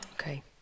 Okay